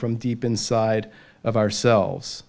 from deep inside of ourselves